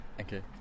Okay